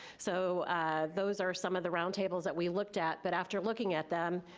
so those are some of the roundtables that we looked at, but after looking at them,